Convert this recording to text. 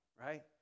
right